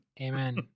Amen